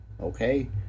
okay